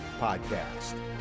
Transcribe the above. Podcast